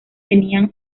tenían